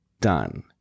done